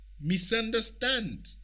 Misunderstand